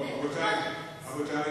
כל פעם.